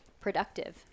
productive